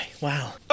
Wow